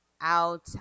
out